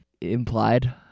implied